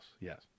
yes